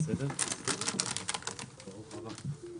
שלום לכולם,